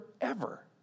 forever